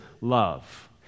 love